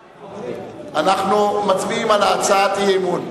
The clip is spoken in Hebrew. אנחנו מצביעים על הצעת האי-אמון.